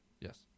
Yes